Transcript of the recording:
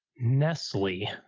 nestle,